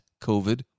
COVID